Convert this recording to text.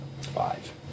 Five